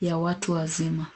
ya watu wazima.